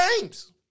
games